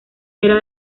era